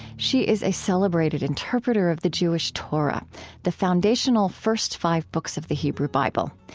she is a celebrated interpreter of the jewish torah the foundational first five books of the hebrew bible.